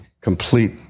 complete